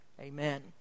Amen